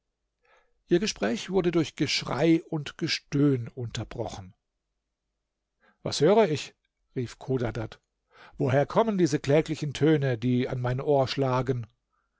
ihr gespräch wurde durch geschrei und gestöhn unterbrochen was höre ich rief chodadad woher kommen diese kläglichen töne die an mein ohr schlagen